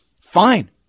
Fine